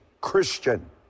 Christian